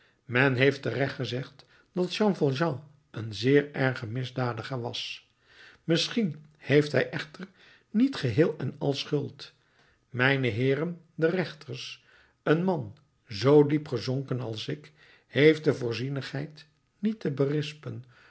men heeft terecht gezegd dat jean valjean een zeer erge misdadiger was misschien heeft hij echter niet geheel en al schuld mijne heeren de rechters een man zoo diep gezonken als ik heeft de voorzienigheid niet te berispen